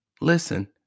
Listen